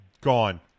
Gone